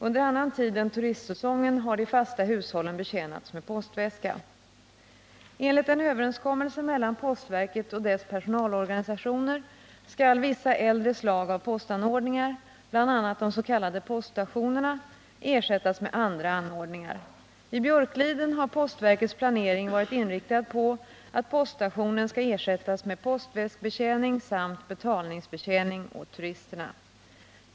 Under annan tid än turistsäsongen har de fasta hushållen betjänats med postväska. Enligt en överenskommelse mellan postverket och dess personalorganisationer skall vissa äldre slag av postanordningar, bl.a. des.k. poststationerna, ersättas med andra anordningar. I Björkliden har postverkets planering varit inriktad på att poststationen skall ersättas med postväskbetjäning samt betalningsbetjäning åt turisterna.